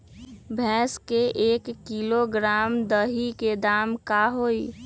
भैस के एक किलोग्राम दही के दाम का होई?